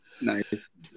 nice